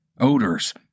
odors